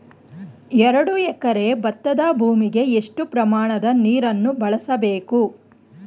ಎರಡು ಎಕರೆ ಭತ್ತದ ಭೂಮಿಗೆ ಎಷ್ಟು ಪ್ರಮಾಣದ ನೀರನ್ನು ಬಳಸಬೇಕು?